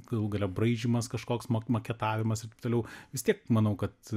galų gale braižymas kažkoks maketavimas ir taip toliau vis tiek manau kad